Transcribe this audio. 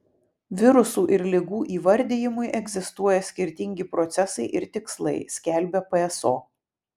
virusų ir ligų įvardijimui egzistuoja skirtingi procesai ir tikslai skelbia pso